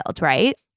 right